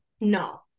No